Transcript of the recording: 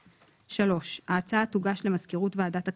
3. ההצעה תוגש למזכירות ועדת הכספים,